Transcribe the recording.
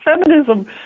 feminism